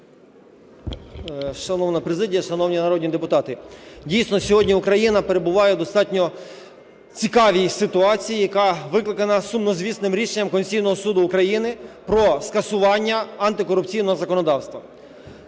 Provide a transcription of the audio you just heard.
Шановна президія, шановні народні депутати! Дійсно, сьогодні України перебуває в достатньо цікавій ситуації, яка викликана сумнозвісним рішенням Конституційного Суду України про скасування антикорупційного законодавства.